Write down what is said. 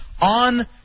on